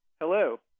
Hello